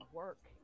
work